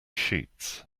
sheets